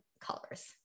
colors